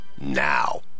now